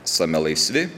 same laisvi